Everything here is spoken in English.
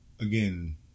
Again